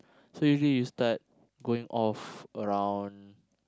so usually you start going off around